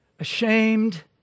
ashamed